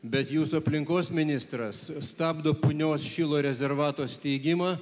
bet jūsų aplinkos ministras stabdo punios šilo rezervato steigimą